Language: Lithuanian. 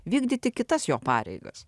vykdyti kitas jo pareigas